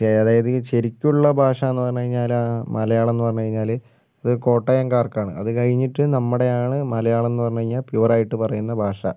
അതായത് ശരിക്കുള്ള ഭാഷ എന്ന് പറഞ്ഞുകഴിഞ്ഞാൽ മലയാളം എന്ന് പറഞ്ഞുകഴിഞ്ഞാൽ അത് കോട്ടയംകാർക്കാണ് അതുകഴിഞ്ഞിട്ട് നമ്മുടെയാണ് മലയാളം എന്ന് പറഞ്ഞുകഴിഞ്ഞാൽ പ്യൂർ ആയിട്ട് പറയുന്ന ഭാഷ